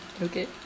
Okay